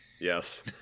Yes